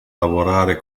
lavorare